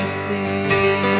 see